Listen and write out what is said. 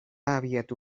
abiatu